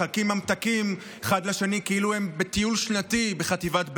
מחלקים ממתקים אחד לשני כאילו הם בטיול שנתי בחטיבת ביניים.